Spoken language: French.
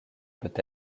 peut